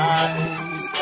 eyes